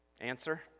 Answer